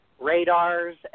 radars